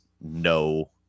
no